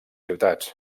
ciutats